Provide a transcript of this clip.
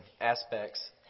aspects